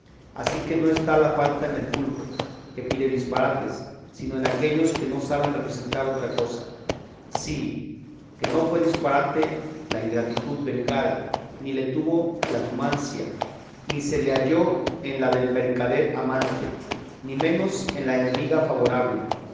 así que no está la falta en el vulgo que pide disparates sino en aquellos que no saben representar otra cosa sí que no fue disparate la ingratitud vengada ni le tuvo la numancia ni se le halló en la del mercader amante ni menos en la enemiga favorable